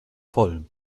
voll